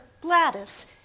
Gladys